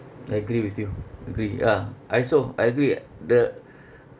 I agree with you agree ya I also I agree the